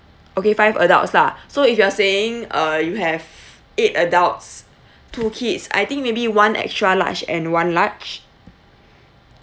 okay five adults lah so if you are saying uh you have eight adults two kids I think maybe one extra large and one large